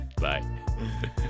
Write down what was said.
Bye